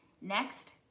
next